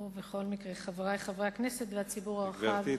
ובכל מקרה, חברי חברי הכנסת והציבור הרחב.